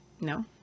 No